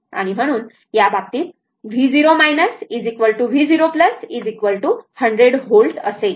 तर त्या बाबतीत V0 V0 100 व्होल्ट असेल